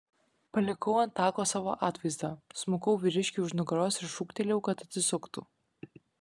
palikau ant tako savo atvaizdą smukau vyriškiui už nugaros ir šūktelėjau kad atsisuktų